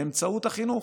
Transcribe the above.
באמצעות החינוך.